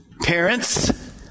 Parents